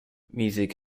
music